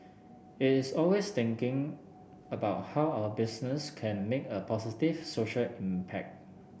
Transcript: he is always thinking about how our business can make a positive social impact